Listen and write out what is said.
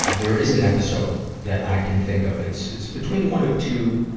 ah there is an episode that i can think of. it's, it's between one of two,